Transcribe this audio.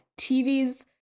TVs